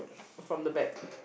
from the back